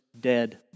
dead